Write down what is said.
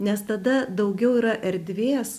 nes tada daugiau yra erdvės